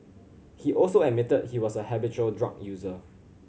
he also admitted he was a habitual drug user